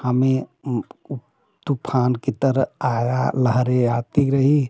हमें तूफान की तरह आया लहरें आती रही